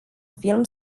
film